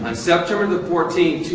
ah september the fourteen,